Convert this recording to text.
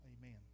Amen